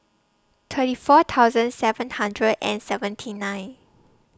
thirty four thousand seven hundred and seventy nine